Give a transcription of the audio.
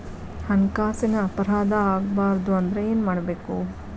ಹಣ್ಕಾಸಿನ್ ಅಪರಾಧಾ ಆಗ್ಬಾರ್ದು ಅಂದ್ರ ಏನ್ ಮಾಡ್ಬಕು?